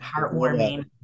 heartwarming